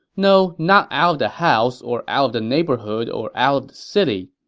no, not out of the house or out of the neighborhood or out of the city.